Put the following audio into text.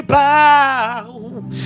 bow